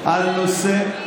-- על נושא,